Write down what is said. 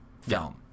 film